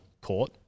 court